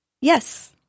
Yes